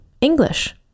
English